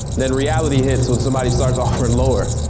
then reality hits when somebody starts offering lower.